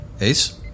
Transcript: Ace